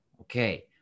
okay